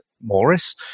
Morris